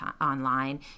online